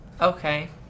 Okay